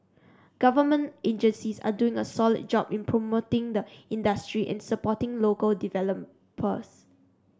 government agencies are doing a solid job in promoting the industry and supporting local developers